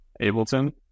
Ableton